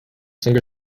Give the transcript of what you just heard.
singer